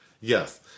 Yes